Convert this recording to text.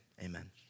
amen